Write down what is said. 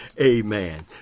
Amen